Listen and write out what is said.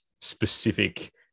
specific